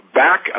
back